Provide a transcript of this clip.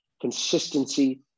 consistency